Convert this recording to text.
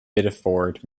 biddeford